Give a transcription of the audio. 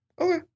Okay